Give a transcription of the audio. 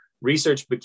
research